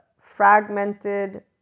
fragmented